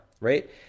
right